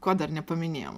ko dar nepaminėjom